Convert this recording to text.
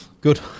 Good